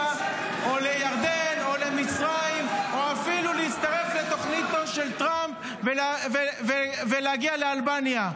או לירדן או למצרים או אפילו להצטרף לתוכניתו של טראמפ ולהגיע לאלבניה.